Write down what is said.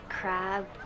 crab